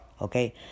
okay